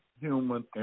human